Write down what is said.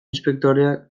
inspektoreak